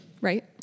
Right